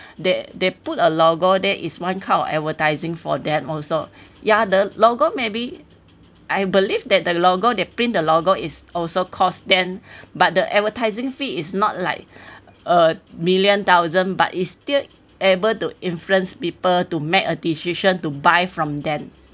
they they put a logo there is one kind of advertising for them also ya the logo maybe I believe that the logo they print the logo is also cost them but the advertising fee is not like a million thousand but is still able to influence people to make a decision to buy from them